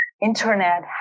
internet